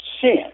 sin